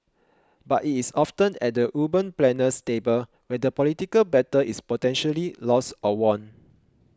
but it is often at the urban planner's table where the political battle is potentially lost or won